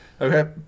Okay